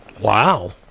Wow